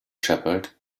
shepherd